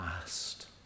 asked